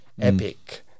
epic